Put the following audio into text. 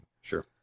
Sure